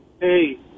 Hey